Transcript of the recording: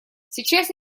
сейчас